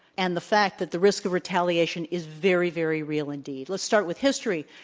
and the fact that the risk of retaliation is very, very real indeed, let's start with history.